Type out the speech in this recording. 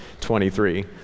23